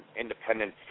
independent